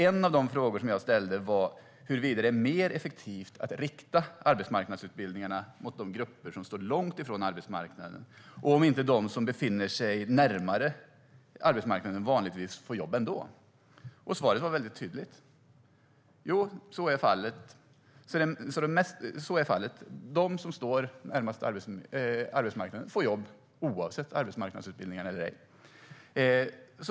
En av de frågor jag ställde var huruvida det är mer effektivt att rikta arbetsmarknadsutbildningarna mot de grupper som står långt från arbetsmarknaden och om inte de som befinner sig närmare arbetsmarknaden vanligtvis får jobb ändå. Svaret var väldigt tydligt. Jo, så är fallet. De som står närmast arbetsmarknaden får jobb oavsett arbetsmarknadsutbildningar eller ej.